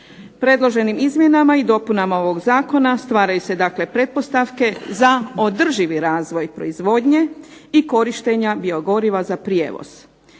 Predloženim izmjenama i dopunama ovog zakona stvaraju se dakle pretpostavke za održivi razvoj proizvodnje i korištenja biogoriva za prijevoz.